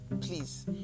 please